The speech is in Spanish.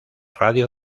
radio